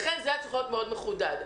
לכן זה היה צריך להיות מחודד מאוד.